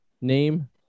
name –